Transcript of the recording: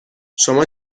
شما